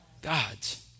gods